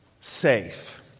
safe